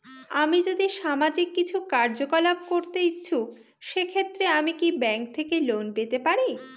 আমি যদি সামাজিক কিছু কার্যকলাপ করতে ইচ্ছুক সেক্ষেত্রে আমি কি ব্যাংক থেকে লোন পেতে পারি?